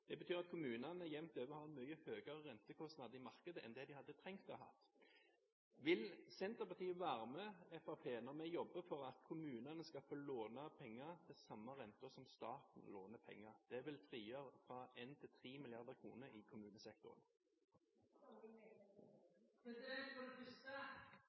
Det betyr at kommuner jevnt over har en mye høyere rentekostnad i markedet enn det de hadde trengt å ha. Vil Senterpartiet være med Fremskrittspartiet når vi jobber for at kommunene skal få låne penger til samme renter som staten låner penger? Det vil frigjøre 1–3 mrd. kr i kommunesektoren.